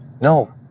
No